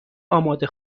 آماده